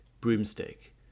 broomstick